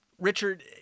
Richard